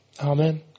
Amen